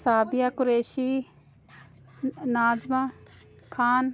Sadia Qureshi Najma Khan